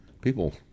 People